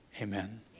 Amen